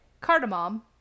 cardamom